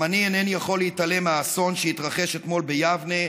גם אני אינני יכול להתעלם מהאסון שהתרחש אתמול ביבנה,